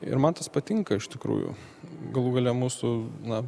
ir man tas patinka iš tikrųjų galų gale mūsų na